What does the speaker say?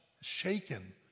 shaken